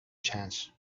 chance